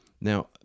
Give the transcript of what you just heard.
Now